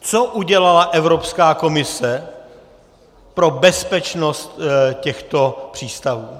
Co udělala Evropská komise pro bezpečnost těchto přístavů?